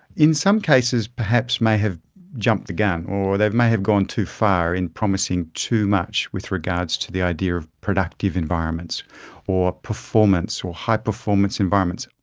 in some cases perhaps may have jumped the gun, or they may have gone too far in promising too much with regards to the idea of productive environments or performance or high-performance environments.